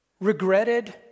regretted